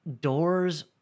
doors